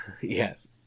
yes